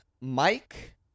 Mike